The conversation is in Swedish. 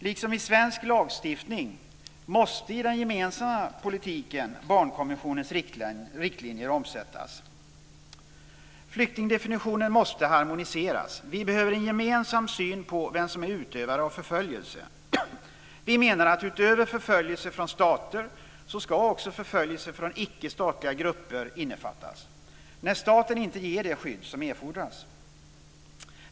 Liksom i svensk lagstiftning måste i den gemensamma politiken barnkonventionens riktlinjer omsättas. Flyktingdefinitionen måste harmoniseras. Vi behöver en gemensam syn på vem som är utövare av förföljelse. Vi menar att utöver förföljelse från stater ska också förföljelse från icke-statliga grupper innefattas, när staten inte ger det skydd som erfordras.